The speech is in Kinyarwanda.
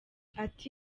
ati